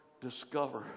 discover